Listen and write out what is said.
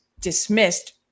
dismissed